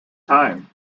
time